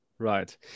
Right